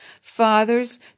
Fathers